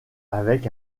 avec